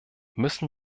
müssen